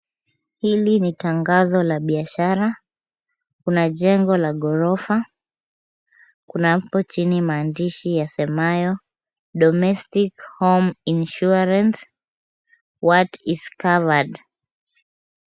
Hili ni tangazo la biashara. Kuna jengo la ghorofa, na hapo chini maandishi yasemayo Domestic Home Insurance. What Is Covered .